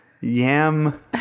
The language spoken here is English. yam